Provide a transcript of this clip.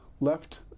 left